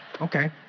Okay